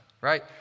right